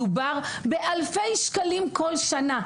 מדובר באלפי שקלים בכל שנה,